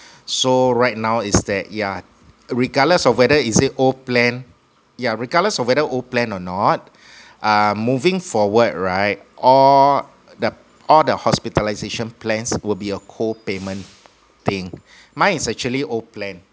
so right now is that yeah regardless of whether is it old plan yeah regardless of whether old plan or not err moving forward right all the all the hospitalisation plans will be a co payment thing my is actually old plan